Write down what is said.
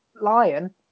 lion